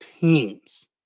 teams